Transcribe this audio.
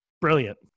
Brilliant